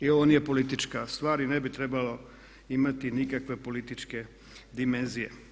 I ovo nije politička stvar i ne bi trebalo imati nikakve političke dimenzije.